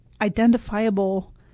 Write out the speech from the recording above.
identifiable